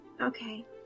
Okay